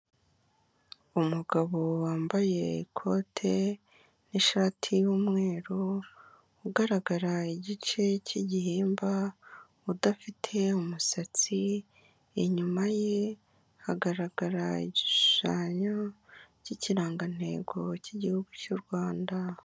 Umugabo wambaye ikote n'ishati y'umweru, ugaragara igice cy'igihimba udafite umusatsi, inyuma ye hagaragara igishushanyo cy'ikirangantego cy'igihugu cy'u Rwanda.